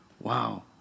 Wow